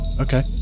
Okay